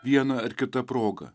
viena ar kita proga